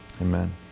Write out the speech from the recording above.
amen